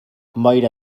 boira